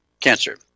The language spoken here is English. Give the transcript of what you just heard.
cancer